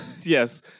Yes